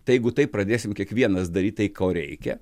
tai jeigu taip pradėsim kiekvienas daryt tai ko reikia